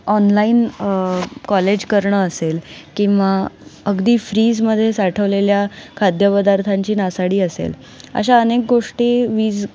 online college करणं असेल किंवा अगदी फ्रीजमध्ये साठवलेल्या खाद्यपदार्थांची नासाडी असेल अशा अनेक गोष्टी वीज